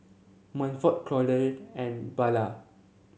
Manford Claudette and Bella